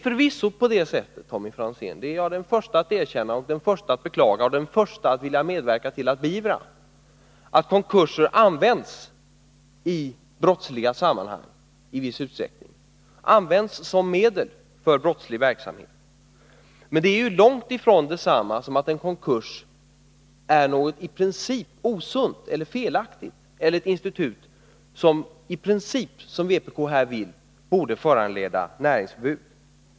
Förvisso, Tommy Franzén, är det så — det är jag den förste att erkänna och beklaga och den förste att vilja medverka till att beivra — att konkurser i viss utsträckning används i brottsliga sammanhang, som medel för brottslig verksamhet. Men detta är långt ifrån detsamma som att en konkurs är något i princip osunt eller felaktigt, ett institut som i princip borde föranleda näringsförbud, vilket vpk vill här.